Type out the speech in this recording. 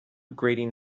grating